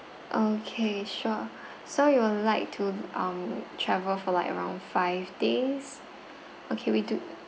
okay sure so you will like to um travel for like around five days